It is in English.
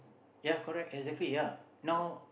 ya correct exactly ya now